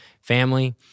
family